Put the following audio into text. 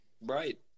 Right